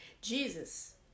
Jesus